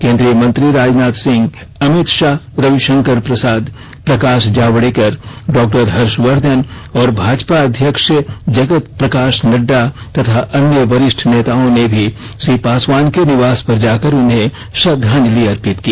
केन्द्रीय मंत्री राजनाथ सिंह अमित शाह रविशंकर प्रसाद प्रकाश जावड़ेकर डॉक्टर हर्षवर्धन और भाजपा अध्यक्ष जगत प्रकाश नड्डा तथा अन्य वरिष्ठ नेताओं ने भी श्री पासवान के निवास पर जाकर उन्हें श्रद्वांजलि अर्पित की